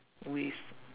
with